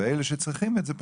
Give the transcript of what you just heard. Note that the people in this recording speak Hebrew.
ואלה שצריכים את זה,